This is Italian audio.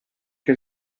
che